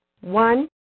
One